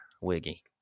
Wiggy